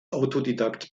autodidakt